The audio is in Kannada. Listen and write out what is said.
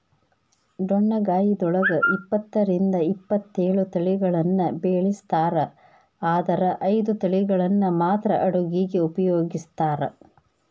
ಡೊಣ್ಣಗಾಯಿದೊಳಗ ಇಪ್ಪತ್ತರಿಂದ ಇಪ್ಪತ್ತೇಳು ತಳಿಗಳನ್ನ ಬೆಳಿಸ್ತಾರ ಆದರ ಐದು ತಳಿಗಳನ್ನ ಮಾತ್ರ ಅಡುಗಿಗ ಉಪಯೋಗಿಸ್ತ್ರಾರ